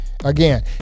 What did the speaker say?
Again